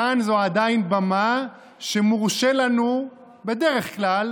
כאן זו עדיין במה שבה מורשה לנו בדרך כלל